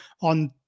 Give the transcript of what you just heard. on